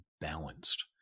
balanced